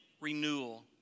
renewal